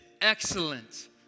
excellent